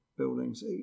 buildings